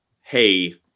hey